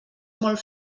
molt